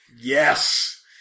yes